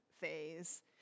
phase